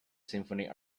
symphony